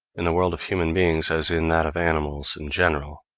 in the world of human beings as in that of animals in general,